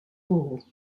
fall